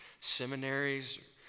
seminaries